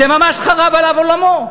זה, ממש חרב עליו עולמו.